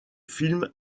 film